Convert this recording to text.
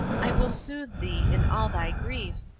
i will soothe thee, in all thy grief,